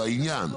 בעניין,